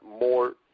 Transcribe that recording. more